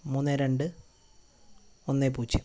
മൂന്ന് രണ്ട് ഒന്ന് പൂജ്യം